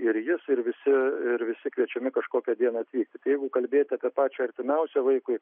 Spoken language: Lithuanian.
ir jis ir visi ir visi kviečiami kažkokią dieną atvykti tai jeigu kalbėti apie pačią artimiausią vaikui